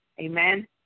Amen